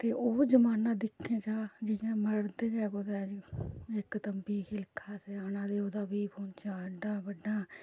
ते ओह् जमान्ना दिक्खेआ जा जियां मड़द गै कुदै इक तम्बी आना ओह्दा बी पौंह्चा एड्डा बड्डा